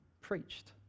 preached